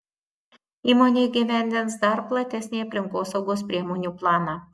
įmonė įgyvendins dar platesnį aplinkosaugos priemonių planą